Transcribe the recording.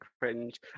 cringe